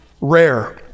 rare